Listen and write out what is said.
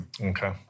Okay